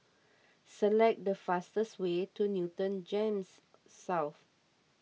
select the fastest way to Newton Gems South